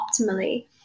optimally